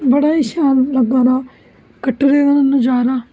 बडा ही शैल लग्गा दा कटरे दा नजारा